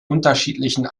unterschiedlichen